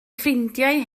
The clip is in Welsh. ffrindiau